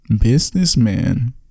Businessman